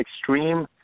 extreme